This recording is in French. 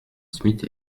smith